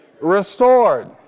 restored